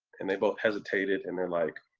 and they both hesitated, and they're like,